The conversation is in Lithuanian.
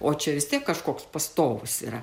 o čia vis tiek kažkoks pastovus yra